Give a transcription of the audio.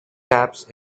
taps